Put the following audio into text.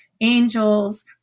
angels